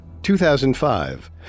2005